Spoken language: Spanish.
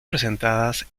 presentadas